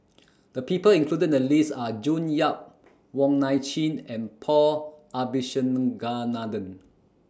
The People included in The list Are June Yap Wong Nai Chin and Paul Abisheganaden